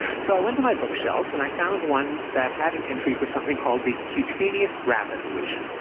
so i went to my bookshelves, and i found one that had an entry for something called the cutaneous rabbit illusion,